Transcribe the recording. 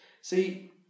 see